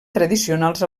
tradicionals